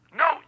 no